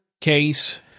case